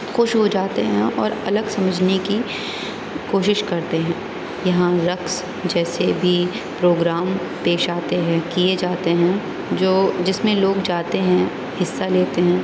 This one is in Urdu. خوش ہو جاتے ہیں اور الگ سمجھنے کی کوشش کرتے ہیں یہاں رقص جیسے بھی پروگرام پیش آتے ہیں کیے جاتے ہیں جو جس میں لوگ جاتے ہیں حصہ لیتے ہیں